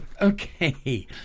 okay